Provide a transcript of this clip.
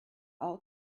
all